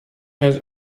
has